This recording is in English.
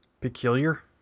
peculiar